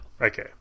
Okay